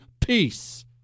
Peace